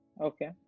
Okay